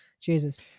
Jesus